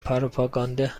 پروپاگانده